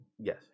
Yes